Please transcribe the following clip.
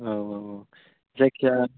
औ औ औ जायखिजाया